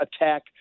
attack